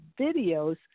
videos